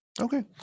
Okay